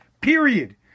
period